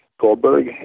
Goldberg